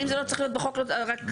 אם זה לא צריך להיות בחוק אז רק תכתוב.